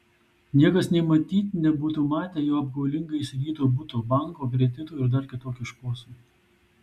niekas nė matyt nebūtų matę jo apgaulingai įsigyto buto banko kreditų ir dar kitokių šposų